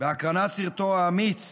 בהקרנת סרטו האמיץ